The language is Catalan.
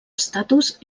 estatus